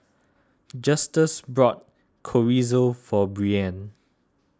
Justus brought Chorizo for Brianne